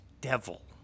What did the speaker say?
devil